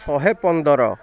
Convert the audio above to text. ଶହେ ପନ୍ଦର